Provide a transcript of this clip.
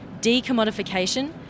decommodification